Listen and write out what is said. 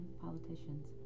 politicians